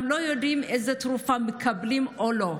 גם לא יודעים איזה תרופה הם מקבלים, או לא.